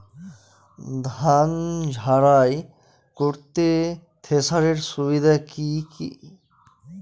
ধান ঝারাই করতে থেসারের সুবিধা কি কি?